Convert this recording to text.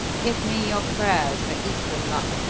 give me your prayers for equal luck,